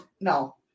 No